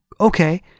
okay